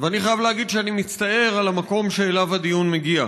ואני חייב להגיד שאני מצטער על המקום שאליו הדיון מגיע.